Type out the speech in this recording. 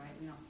right